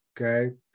okay